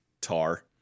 tar